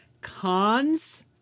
cons